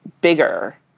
bigger